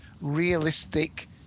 realistic